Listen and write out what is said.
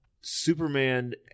Superman